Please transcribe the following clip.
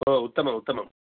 ओ उत्तमम् उत्तमम्